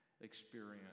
experience